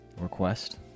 request